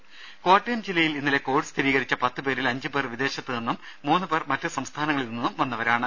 രുമ കോട്ടയം ജില്ലയിൽ ഇന്നലെ കോവിഡ് സ്ഥിരീകരിച്ച പത്തു പേരിൽ അഞ്ചു പേർ വിദേശത്തുനിന്നും മൂന്നു പേർ മറ്റു സംസ്ഥാനങ്ങളിൽ നിന്നും വന്നവരാണ്